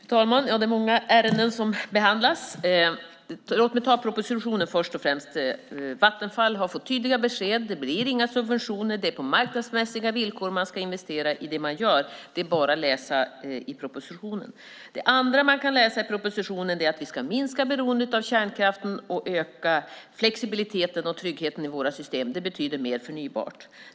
Fru talman! Det är många ärenden som behandlas. Låt mig först och främst ta propositionen. Vattenfall har fått tydliga besked: Det blir inte subventioner. Det är på marknadsmässiga villkor man ska investera i det man gör. Det är bara att läsa i propositionen. Det andra man kan läsa i propositionen är att vi ska minska beroendet av kärnkraften och öka flexibiliteten och tryggheten i våra system. Det betyder mer förnybart.